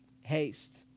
haste